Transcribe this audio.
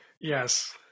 yes